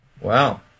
Wow